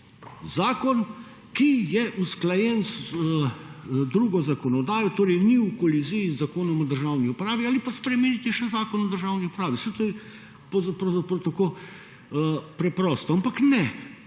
zakon, ki je usklajen z drugo zakonodajo, torej ni v koliziji z Zakonom o državni upravi ali pa spremeniti še Zakon o državi upravi, saj to je tako preprosto, ampak ne,